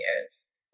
years